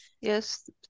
Yes